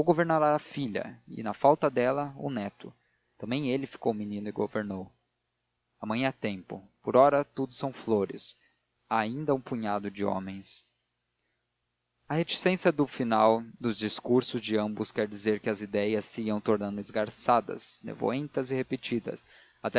governará a filha e na falta dela o neto também ele ficou menino e governou amanhã é tempo por ora tudo são flores há ainda um punhado de homens a reticência final dos discursos de ambos quer dizer que as ideias se iam tornando esgarçadas nevoentas e repetidas